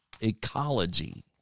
ecology